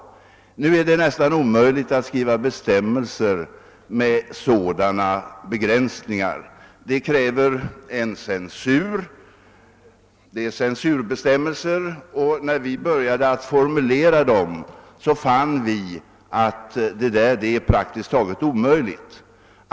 Nu är det nästan omöjligt att skriva bestämmelser med sådana begränsningar. Därtill krävs censurbestämmelser, och när vi började formulera dem fann vi att det var praktiskt taget omöjligt att göra det.